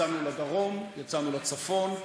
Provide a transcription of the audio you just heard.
יצאנו לדרום, יצאנו לצפון,